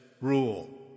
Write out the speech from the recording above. rule